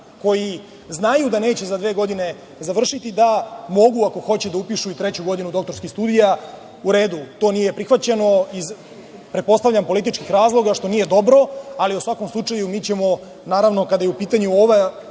koji znaju da neće za dve godine završiti, da mogu ako hoće da upišu i treću godinu doktorskih studija. U redu, to nije prihvaćeno, iz pretpostavljam političkih razloga, što nije dobro, ali u svakom slučaju mi ćemo kada su u pitanju ove